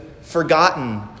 forgotten